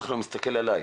ואני מסתכל עליי